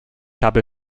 habe